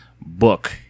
book